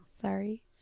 sorry